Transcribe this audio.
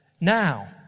now